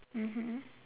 mmhmm